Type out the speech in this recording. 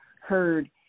heard